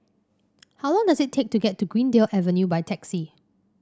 how long does it take to get to Greendale Avenue by taxi